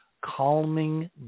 calming